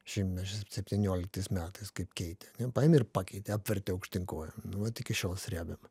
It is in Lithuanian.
šimtmečio septynioliktais metais kaip keitė paėmė ir pakeitė apvertė aukštyn kojom nu vat iki šiol srebiam